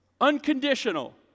unconditional